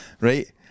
right